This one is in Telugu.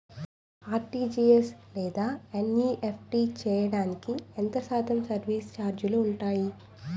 ఆర్.టీ.జీ.ఎస్ లేదా ఎన్.ఈ.ఎఫ్.టి చేయడానికి ఎంత శాతం సర్విస్ ఛార్జీలు ఉంటాయి?